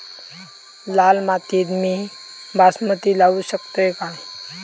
लाल मातीत मी बासमती लावू शकतय काय?